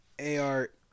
AR